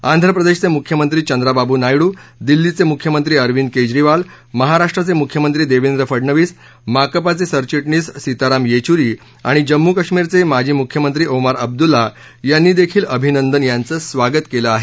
आंध्र प्रदेशचे मुख्यमंत्री चंद्राबाबू नायडू दिल्लीचे मुख्यमंत्री अरविंद केजरीवाल महाराष्ट्राचे मुख्यमंत्री देवेंद्र फडणवीस माकपाचे सरचिटणीस सीताराम येचुरी आणि जम्मू काश्मीरचे माजी मुख्यमंत्री ओमार अब्दुल्ला यांनी देखील अभिनंदन यांचं स्वागत केलं आहे